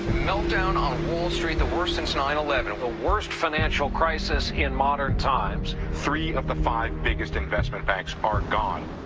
meltdown on wall street, the worst since nine eleven. the ah worst financial crisis in modern times. three of the five biggest investment banks are gone.